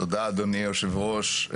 תודה אדוני יושב הראש.